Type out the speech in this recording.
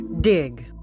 Dig